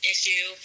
issue